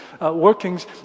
workings